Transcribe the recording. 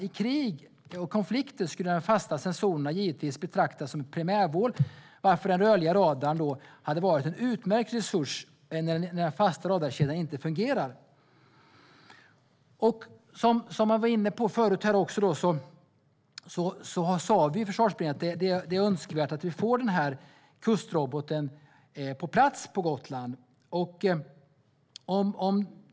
I krig och konflikter skulle de fasta sensorerna givetvis betraktas som primärmål, varför den rörliga radarn skulle ha varit en utmärkt resurs när den fasta radarkedjan inte fungerar. Som jag var inne på förut sa vi i Försvarsberedningen att det är önskvärt att vi får denna kustrobot på plats på Gotland.